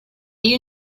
hay